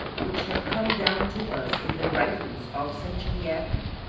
which have come down to us in the writings, of sanchoniathon,